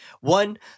One